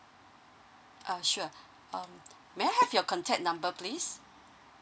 uh sure um may I have your contact number please